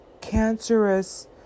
cancerous